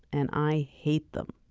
and i hate them.